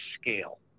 scale